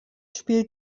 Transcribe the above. spielt